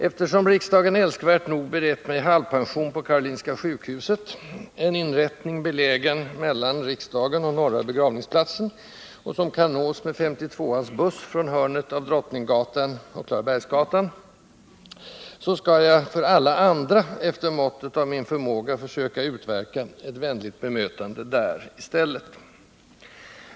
Eftersom riksdagen älskvärt nog berett mig halvpension på Karolinska sjukhuset — en inrättning belägen mellan riksdagen och Norra begravningsplatsen, som kan nås med 52:ans buss från hörnet av Drottninggatan och Klarabergsgatan — skall jag för alla andra efter måttet av min förmåga försöka utverka ett vänligt bemötande där i stället.